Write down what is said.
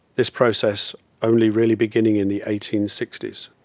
this process only really beginning in the eighteen sixty s.